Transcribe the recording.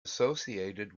associated